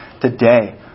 today